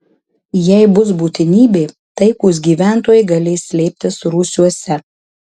jei bus būtinybė taikūs gyventojai galės slėptis rūsiuose